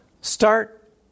start